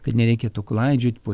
kad nereikėtų klaidžiot po